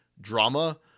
drama